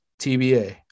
TBA